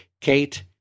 Kate